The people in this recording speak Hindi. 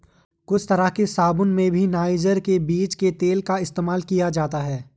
कुछ तरह के साबून में भी नाइजर के बीज के तेल का इस्तेमाल किया जाता है